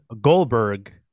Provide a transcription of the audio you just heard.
Goldberg